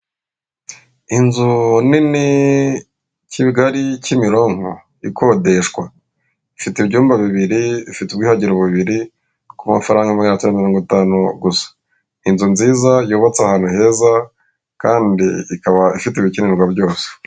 Inzu nini kigali cy'mironko ikodeshwa ifite ibyumba bibiri bifite ubwihagiro bubiri ku mafaranga magana atanu mirongo itanu gusa inzu nziza yubatse ahantu heza kandi ikaba ifite ibikenerwa byose.